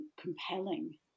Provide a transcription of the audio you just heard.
compelling